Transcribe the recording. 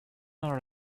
are